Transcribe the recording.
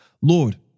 Lord